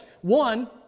one